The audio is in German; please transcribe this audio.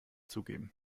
zugeben